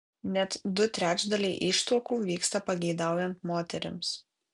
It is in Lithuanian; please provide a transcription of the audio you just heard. net du trečdaliai ištuokų vyksta pageidaujant moterims